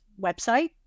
website